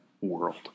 world